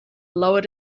lowered